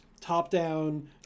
top-down